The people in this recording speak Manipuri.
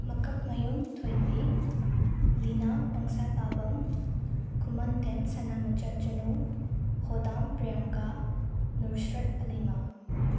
ꯃꯀꯛꯃꯌꯨ ꯊꯣꯏꯕꯤ ꯂꯤꯅꯥ ꯄꯪꯁꯥꯇꯥꯕꯝ ꯈꯨꯃꯟꯊꯦꯝ ꯁꯅꯥꯃꯆꯥ ꯆꯅꯨ ꯍꯣꯗꯥꯝ ꯄ꯭ꯔꯤꯌꯥꯡꯀꯥ ꯅꯨꯔꯁ꯭ꯔꯠ ꯑꯂꯤꯃꯥ